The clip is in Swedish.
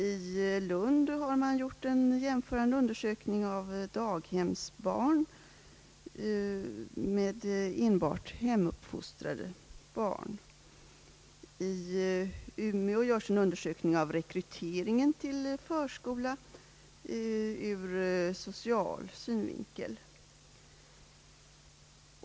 I Lund har man gjort en jämförande undersökning av daghemsbarn och enbart hemuppfostrade barn. I Umeå görs en undersökning av rekryteringen till förskola ur social synvinkel.